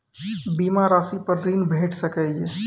बीमा रासि पर ॠण भेट सकै ये?